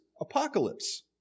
Apocalypse